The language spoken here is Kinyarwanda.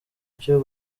cyo